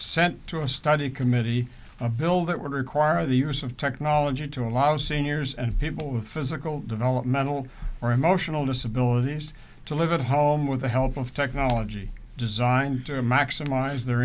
sent to a study committee a bill that would require the use of technology to allow seniors and people with physical developmental or emotional disabilities to live at home with the help of technology designed to maximize their